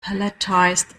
palletized